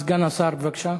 סגן השר, בבקשה.